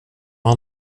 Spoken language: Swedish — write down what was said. han